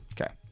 Okay